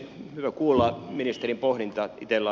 bro kuulla ministeri pohdintaa kela